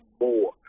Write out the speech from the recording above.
more